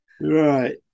Right